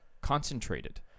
concentrated